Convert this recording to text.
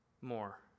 more